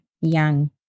young